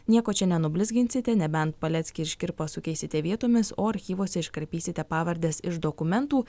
nieko čia nenublizginsite nebent paleckį ir škirpą sukeisite vietomis o archyvuose iškarpysite pavardes iš dokumentų